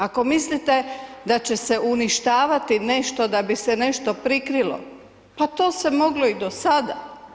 Ako mislite da će se uništavati nešto da bi se nešto prikrilo, pa to se moglo i do sada.